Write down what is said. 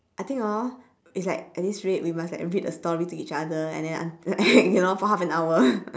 I think hor it's like at this rate we must like read a story to each other and then until like you know for half an hour